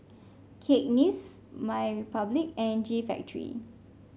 Cakenis MyRepublic and G Factory